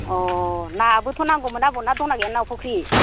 अ नाबोथ' नांगौमोन आबौ ना दंना गैया नोंनाव फुख्रि